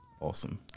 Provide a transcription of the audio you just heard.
Awesome